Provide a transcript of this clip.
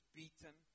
beaten